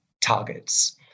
targets